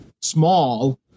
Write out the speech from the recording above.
small